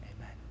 Amen